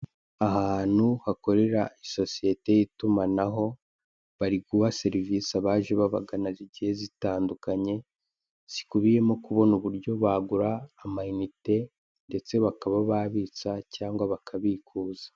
Ahantu bakorera isosiyete y'itumanaho bari guha serivise abantu zigiye batandukanye, zikubiyemo uburyo bwo kubona amayinite ndetse bakaba babitsa cyangwa babikuza.